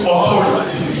Authority